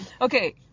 Okay